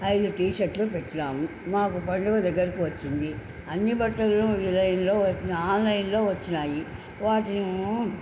ఐదు టీషర్ట్లు పెట్టినాము మాకు పండుగ దగ్గరకి వచ్చింది అన్ని బట్టలు విలైన్లో ఆన్లైన్లో వచ్చినాయి వాటిని